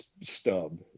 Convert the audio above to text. stub